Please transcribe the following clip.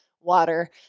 water